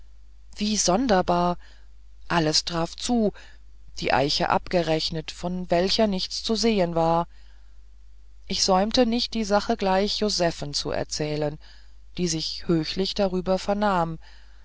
wie sonderbar alles traf zu die eiche abgerechnet von welcher nichts zu sehen war ich säumte nicht die sache gleich josephen zu erzählen die sich höchlich darüber vernahm